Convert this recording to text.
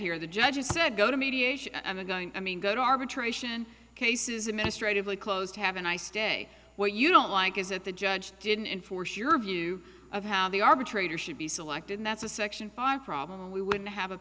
here the judge said go to mediation i'm going i mean go to arbitration cases administrative leave closed have a nice day where you don't like is that the judge didn't enforce your view of how the arbitrator should be selected that's a section five problem we wouldn't have a